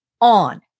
on